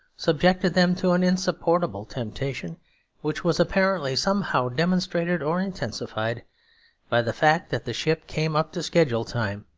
subjected them to an insupportable temptation which was apparently somehow demonstrated or intensified by the fact that the ship came up to schedule time,